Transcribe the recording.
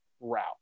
route